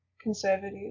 conservative